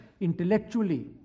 intellectually